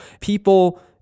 People